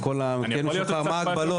מה ההגבלות.